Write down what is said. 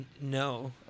no